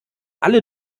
alle